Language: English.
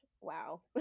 Wow